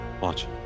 Watch